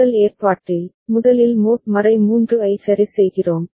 முதல் ஏற்பாட்டில் முதலில் மோட் 3 ஐ சரி செய்கிறோம்